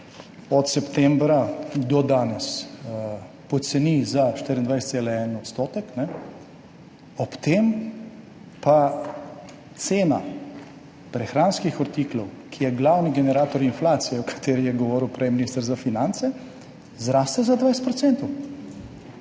od septembra do danes poceni za 24,1 %, ob tem pa cena prehranskih artiklov, ki je glavni generator inflacije, o kateri je govoril prej minister za finance, zraste za 20 %.